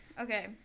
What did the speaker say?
Okay